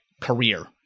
career